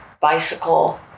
bicycle